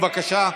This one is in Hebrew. בבקשה.